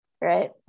right